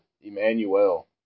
Emmanuel